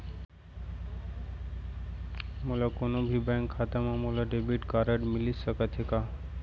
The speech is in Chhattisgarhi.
मोर कोनो भी बैंक खाता मा मोला डेबिट कारड मिलिस सकत हे का?